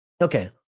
okay